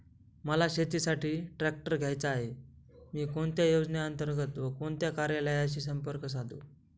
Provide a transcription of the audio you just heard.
मला शेतीसाठी ट्रॅक्टर घ्यायचा आहे, मी कोणत्या योजने अंतर्गत व कोणत्या कार्यालयाशी संपर्क साधू?